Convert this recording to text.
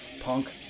Punk